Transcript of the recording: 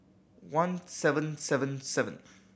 one seven seven seven